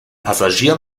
passagier